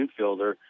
infielder